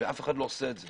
ואף אחד לא עושה את זה.